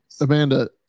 amanda